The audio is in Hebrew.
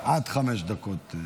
עד חמש דקות.